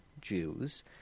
Jews